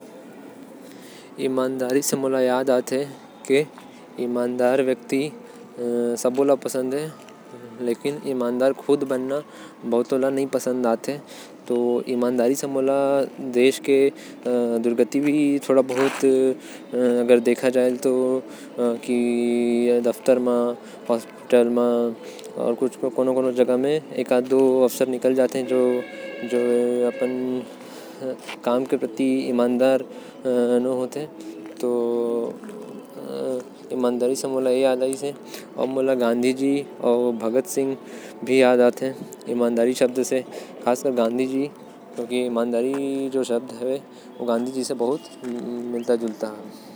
ईमानदारी से मोके याद आएल। की ईमानदार सबला पसंद आएल लेकिन कोनो बना नही चाहेल। ईमानदार से मोके भगत सिंह के भी याद आयेल। देश के दुर्गति भी ओमन के बिना होयेल जेमन ईमानदार नही होवे।